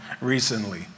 recently